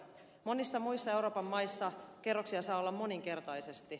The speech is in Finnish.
monissa muissa euroopan maissa kerroksia saa olla moninkertaisesti